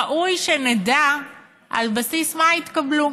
ראוי שנדע על בסיס מה הן התקבלו.